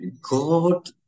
God